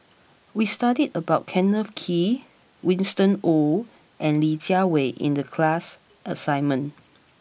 we studied about Kenneth Kee Winston Oh and Li Jiawei in the class assignment